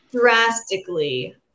drastically